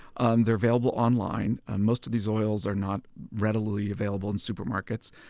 um they are available online most of these oils are not readily available in supermarkets.